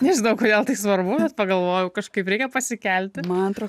nežinau kodėl tai svarbu bet pagalvojau kažkaip reikia pasikelti man atrodo